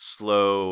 slow